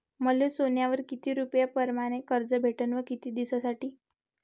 मले सोन्यावर किती रुपया परमाने कर्ज भेटन व किती दिसासाठी?